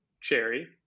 cherry